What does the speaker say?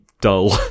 dull